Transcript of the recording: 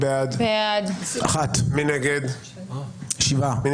אולי אני בעד, אולי אני